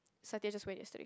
Satya just went yesterday